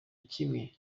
kimwe